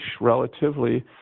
relatively